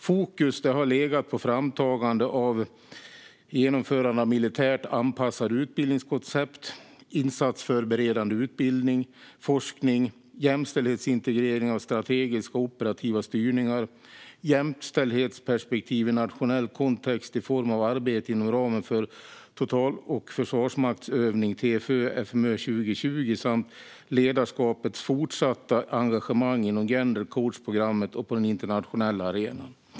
Fokus har legat på framtagande och genomförande av ett militärt anpassat utbildningskoncept, insatsförberedande utbildning, forskning, jämställdhetsintegrering av strategiska och operativa styrningar, jämställdhetsperspektiv i nationell kontext i form av arbetet inom ramen för total och försvarsmaktsövning TFÖ 2020 samt ledarskapets fortsatta engagemang inom Gender Coach-programmet och på den internationella arenan.